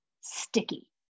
sticky